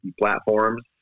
platforms